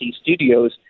studios